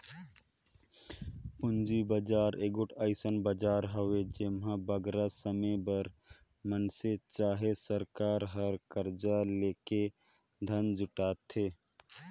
पूंजी बजार एगोट अइसन बजार हवे जेम्हां बगरा समे बर मइनसे चहे सरकार हर करजा लेके धन जुटाथे